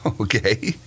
Okay